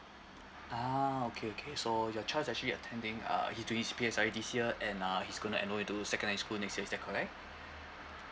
ah okay okay so your child's actually attending uh he is doing P_S_L_E this year and uh he's going enrol to secondary school next year is that correct